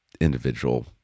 individual